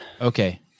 Okay